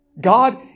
God